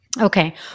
Okay